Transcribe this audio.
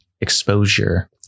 exposure